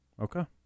Okay